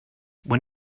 when